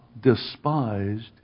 despised